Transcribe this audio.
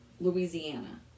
Louisiana